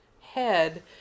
head